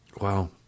Wow